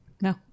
No